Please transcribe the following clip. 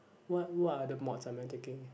what what other mods am I taking